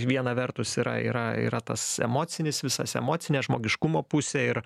viena vertus yra yra yra tas emocinis visas emocinė žmogiškumo pusė ir